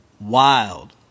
wild